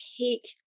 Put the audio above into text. take